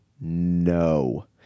no